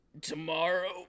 Tomorrow